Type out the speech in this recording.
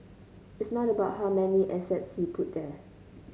it's not about how many assets you put there